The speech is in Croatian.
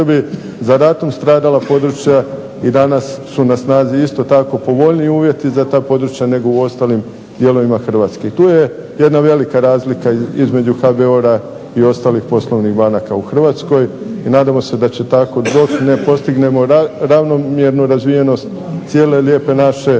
za ratom stradala područja i danas su na snazi isto tako povoljniji uvjeti za ta područja, nego u ostalim dijelovima Hrvatske. I tu je jedna velika razlika između HBOR-a i ostalih poslovnih banaka u Hrvatskoj, i nadamo se da će tako dok ne postignemo ravnomjernu razvijenost cijele lijepe naše,